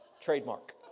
trademark